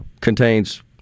contains